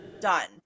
done